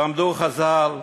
לימדונו חז"ל: